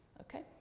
Okay